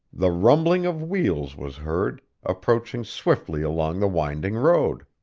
the rumbling of wheels was heard, approaching swiftly along the winding road.